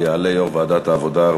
יעלה יו"ר ועדת העבודה,